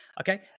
okay